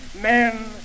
men